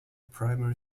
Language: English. primary